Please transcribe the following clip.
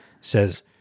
Says